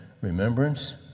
remembrance